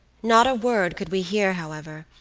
not a word could we hear, however,